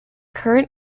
current